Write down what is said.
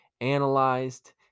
analyzed